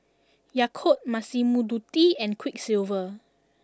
Yakult Massimo Dutti and Quiksilver